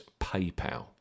PayPal